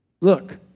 Look